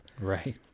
Right